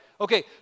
Okay